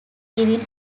giving